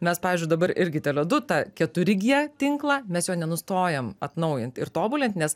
mes pavyzdžiui dabar irgi tele du tą keturi gie tinklą mes jo nenustojam atnaujint ir tobulint nes